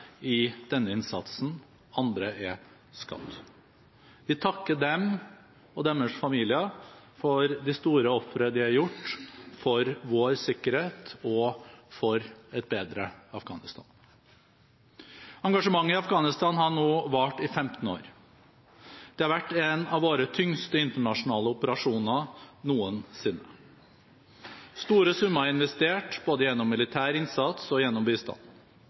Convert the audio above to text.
i denne innsatsen, andre er skadd. Vi takker dem og deres familier for de store ofre de har gjort for vår sikkerhet og for et bedre Afghanistan. Engasjementet i Afghanistan har nå vart i 15 år. Det har vært en av våre tyngste internasjonale operasjoner noensinne. Store summer er investert, både gjennom militær innsats og gjennom bistand.